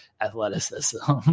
athleticism